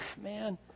man